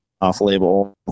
off-label